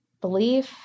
belief